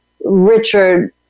richard